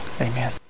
Amen